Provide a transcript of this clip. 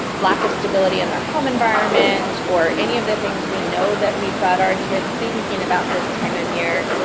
lack of stability in their home environment, or any of the things we know that we've got our kids thinking about this time of year.